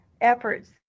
efforts